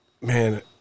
Man